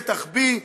שטח B,